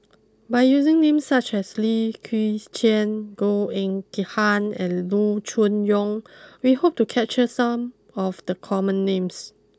by using names such as Lim Chwee Chian Goh Eng Han and Loo Choon Yong we hope to capture some of the common names